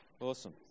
Awesome